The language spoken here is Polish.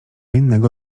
innego